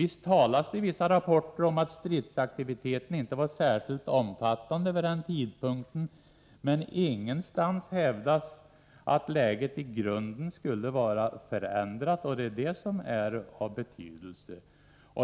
Visst talas det i vissa rapporter om att stridsaktiviteten inte var särskilt omfattande vid denna tidpunkt, men ingenstans hävdas att läget i grunden skulle vara förändrat, och det är detta som är av betydelse.